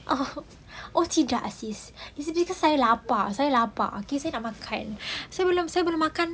oh tidak sis saya lapar saya lapar saya nak makan